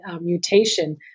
mutation